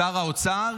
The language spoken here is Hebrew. שר האוצר